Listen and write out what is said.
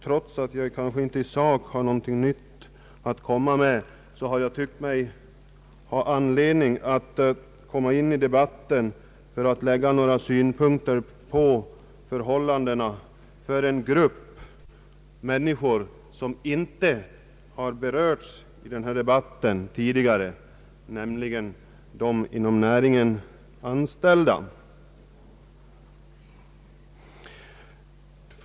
Trots att jag kanske inte i sak har något nytt att säga har jag ansett mig ha anledning att framlägga några synpunkter på förhållandena för en grupp människor som inte har berörts tidigare i denna debatt, nämligen de inom näringen anställda.